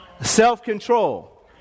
Self-control